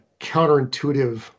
counterintuitive